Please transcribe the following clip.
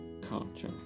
culture